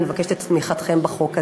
אני מבקשת את תמיכתכם בחוק הזה.